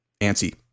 antsy